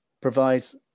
provides